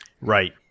Right